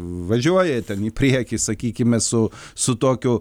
važiuoja ten į priekį sakykime su su tokiu